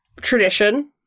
tradition